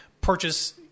purchase